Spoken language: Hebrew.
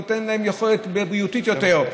זה נותן להם תזונה בריאותית יותר,